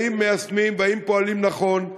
האם מיישמים והאם פועלים נכון.